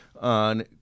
on